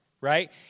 right